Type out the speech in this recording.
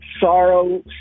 Sorrow